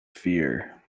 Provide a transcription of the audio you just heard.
fear